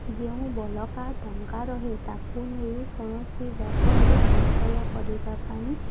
ଯେଉଁ ବଳକା ଟଙ୍କା ରହେ ତାକୁ ନେଇ କୌଣସି ଜାଗାରେ ସଞ୍ଚୟ କରିବା ପାଇଁ